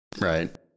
Right